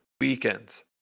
weekends